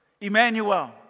Emmanuel